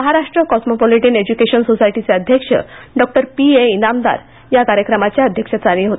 Maharashtra cosmopolitan education सोसायटीचे अध्यक्ष डॉ पी ए इनामदार कार्यक्रमाच्या अध्यक्षस्थानी होते